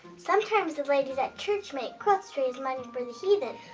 sometimes the ladies at church make quilts to raise money for the heathen.